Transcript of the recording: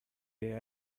they